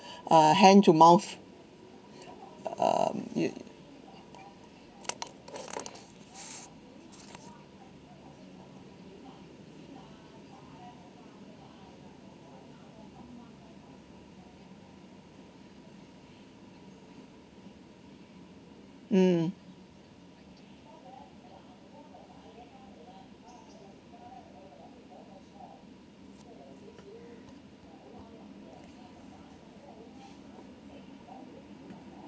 uh hand to mouth um mm